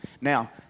Now